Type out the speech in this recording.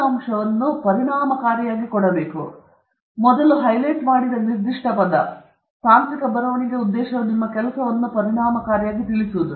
ಮತ್ತು ಈ ಹಂತವು ಅದರೊಂದಿಗೆ ಮಾಡಬೇಕಾಗಿದೆ ಸಂಪೂರ್ಣವಾಗಿ ಮತ್ತು ಸಂಪೂರ್ಣವಾಗಿ ಇದನ್ನು ಮಾಡಲು ನಾನು ಮೊದಲು ಹೈಲೈಟ್ ಮಾಡಿದ ನಿರ್ದಿಷ್ಟ ಪದ ತಾಂತ್ರಿಕ ಬರವಣಿಗೆಯ ಉದ್ದೇಶವು ನಿಮ್ಮ ಕೆಲಸವನ್ನು ಪರಿಣಾಮಕಾರಿಯಾಗಿ ತಿಳಿಸುವುದು